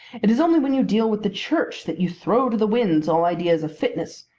it is only when you deal with the church that you throw to the winds all ideas of fitness.